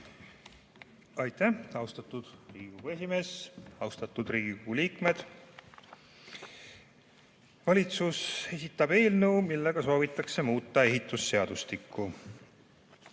Aitäh, austatud Riigikogu esimees! Austatud Riigikogu liikmed! Valitsus esitab eelnõu, millega soovitakse muuta ehitusseadustikku.